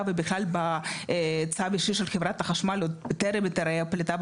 ובכלל בצו של חברת החשמל עוד טרם היתרי הפליטה,